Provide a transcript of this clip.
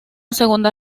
segunda